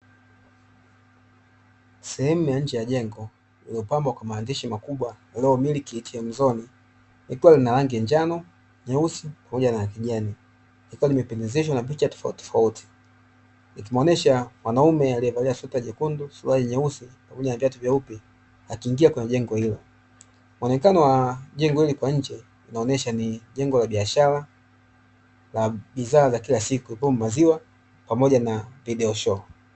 Sehemu ya nje ya jengo imepambwa kwa maandishi makubwa ya "ROYAL MILK ATM ZONE", ikiwa na rangi ya njano, nyeusi pamoja na kijani, likiwa limependezeshwa na picha tofautitofauti, ikimuonesha mwanaume aliyevalia sweta jekundu, suruali nyeusi pamoja na viatu vyeupe, akiingia kwenye jengo hilo. Muonekano wa jengo hilo kwa nje unaonesha ni jengo la biashara la bidhaa za kila siku, kama; maziwa pamoja na video shoo.